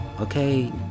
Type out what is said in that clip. okay